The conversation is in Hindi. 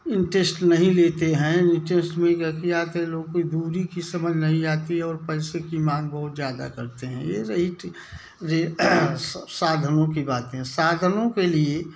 इंटेस्ट नहीं लेते हैं इंटेस्ट में कोई के आते लोग कोई दूरी की समझ नहीं आती हैं और पैसे की मांग बहुत ज़्यादा करते हैं ये रही ठी रे साधनों की बैतें हैं साधनों के लिए